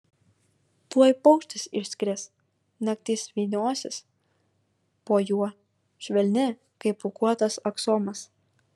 tuoj paukštis išskris naktis vyniosis po juo švelni kaip pūkuotas aksomas